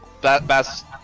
best